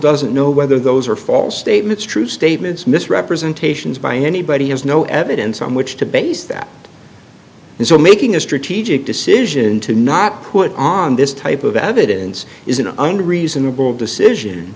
doesn't know whether those are false statements true statements misrepresentations by anybody has no evidence on which to base that they're making a strategic decision to not put on this type of evidence is an under reasonable decision